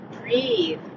breathe